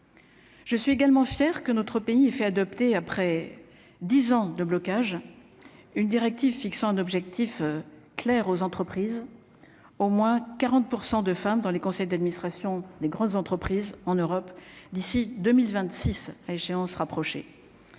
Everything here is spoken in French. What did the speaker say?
Je suis également fier que notre pays, il fait adopter après 10 ans de blocage une directive fixant un objectif clair aux entreprises, au moins 40 % de femmes dans les conseils d'administration des grandes entreprises en Europe d'ici 2000 26 à échéance rapprochée,